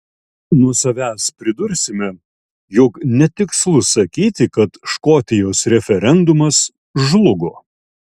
nuo savęs pridursime jog netikslu sakyti kad škotijos referendumas žlugo